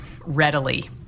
readily